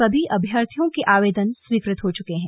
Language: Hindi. सभी अभ्यर्थियों के आवेदन स्वीकृत हो चुके हैं